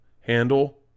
handle